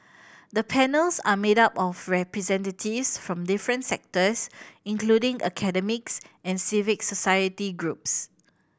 the panels are made up of representatives from different sectors including academics and civic society groups